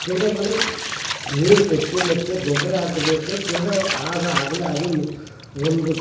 ತಿರ್ಗಿ ಆಮೇಲೆ ನೀರು ಕೊಟ್ಟು ಮತ್ತು ಗೊಬ್ಬರ ಹಾಕಿದ್ರೆ ತಿರ್ಗಿ ಆಗ ಅಗಲ ಆಗಿ ಮು ಒಂದು